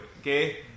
okay